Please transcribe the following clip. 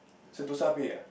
Sentosa pay ah